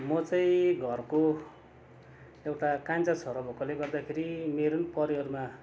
म चाहिँ घरको एउटा कान्छा छोरा भएकाले गर्दाखेरि मेरो परिवारमा